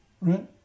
Right